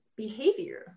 behavior